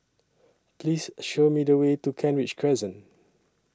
Please Show Me The Way to Kent Ridge Crescent